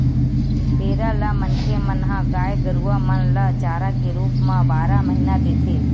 पेरा ल मनखे मन ह गाय गरुवा मन ल चारा के रुप म बारह महिना देथे